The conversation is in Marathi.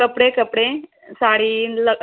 कपडे कपडे साडी ल